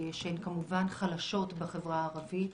שהן כמובן חלשות בחברה הערבית,